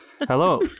Hello